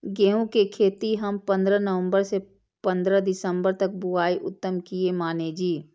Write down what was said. गेहूं के खेती हम पंद्रह नवम्बर से पंद्रह दिसम्बर तक बुआई उत्तम किया माने जी?